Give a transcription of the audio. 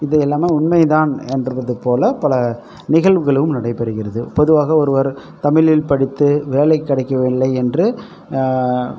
இது எல்லாமே உண்மைதான் என்றுவதுபோல் பல நிகழ்வுகளும் நடைபெறுகிறது பொதுவாக ஒருவர் தமிழில் படித்து வேலை கிடைக்கவில்லை என்று